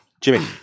Jimmy